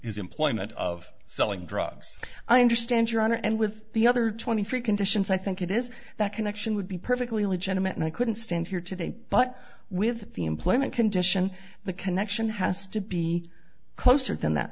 employment of selling drugs i understand your honor and with the other twenty three conditions i think it is that connection would be perfectly legitimate and i couldn't stand here today but with the employment condition the connection has to be closer than that